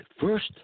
first